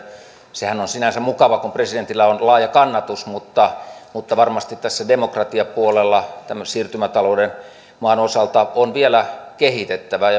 sehän on sinänsä mukava kun presidentillä on laaja kannatus mutta mutta varmasti tässä demokratiapuolella tämmöisen siirtymätalouden maan osalta on vielä kehitettävää